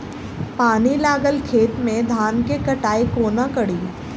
पानि लागल खेत मे धान केँ कटाई कोना कड़ी?